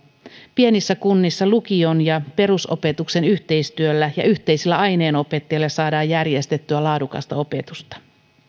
pienissä kunnissa lukion ja perusopetuksen yhteistyöllä ja yhteisillä aineenopettajilla saadaan järjestettyä laadukasta opetusta